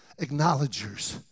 acknowledgers